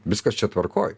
viskas čia tvarkoj